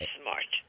smart